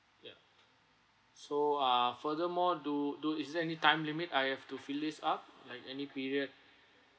ya so ah furthermore do do is there any time limit I have to fill this up like any period